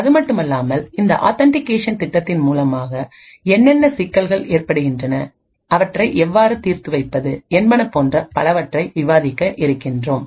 அதுமட்டுமல்லாமல் இந்த ஆதென்டிகேஷன் திட்டத்தின் மூலமாக என்னென்ன சிக்கல்கள் ஏற்படுகின்றன அவற்றை எவ்வாறு தீர்த்து வைப்பது என்பன போன்ற பலவற்றை விவாதிக்க இருக்கின்றோம்